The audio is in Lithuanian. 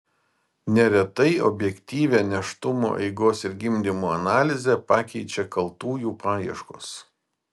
neretai objektyvią nėštumo eigos ir gimdymo analizę pakeičia kaltųjų paieškos